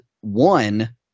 one